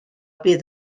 bydd